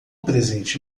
presente